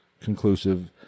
conclusive